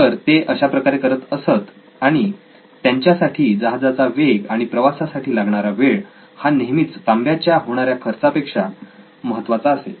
तर ते अशा प्रकारे करत असतात आणि त्यांच्यासाठी जहाजाचा वेग आणि प्रवासासाठी लागणारा वेळ हा नेहमीच तांब्याच्या होणाऱ्या खर्चापेक्षा महत्त्वाचा असे